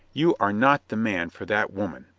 you are not the man for that woman!